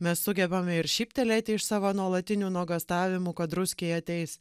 mes sugebame ir šyptelėti iš savo nuolatinių nuogąstavimų kad ruskiai ateis